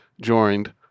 joined